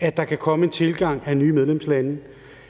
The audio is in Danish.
at der kan komme en tilgang af nye medlemslande.